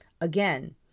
Again